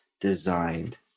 designed